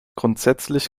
grundsätzlich